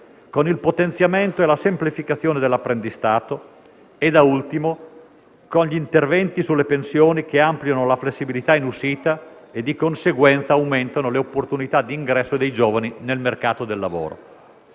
con il potenziamento e la semplificazione dell'apprendistato e, da ultimo, con gli interventi sulle pensioni che ampliano la flessibilità in uscita e, di conseguenza, aumentano le opportunità di ingresso dei giovani nel mercato del lavoro.